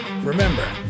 Remember